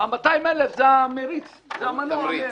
ה-200,000 זה התמריץ, זה המנוע.